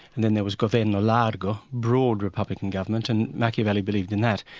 and then there was governo largo, broad republican government, and machiavelli believed in that.